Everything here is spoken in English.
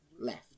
left